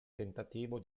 tentativo